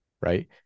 right